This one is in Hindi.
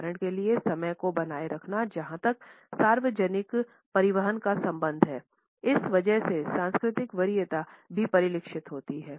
उदाहरण के लिए समय को बनाए रखना जहां तक सार्वजनिक परिवहन का संबंध हैइस वजह से सांस्कृतिक वरीयता भी परिलक्षित होती है